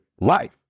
life